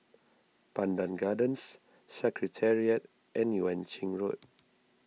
Pandan Gardens Secretariat and Yuan Ching Road